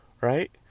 right